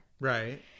Right